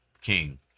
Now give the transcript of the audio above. King